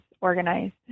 organized